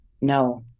no